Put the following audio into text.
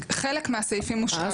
חלק מהסעיפים מושחרים.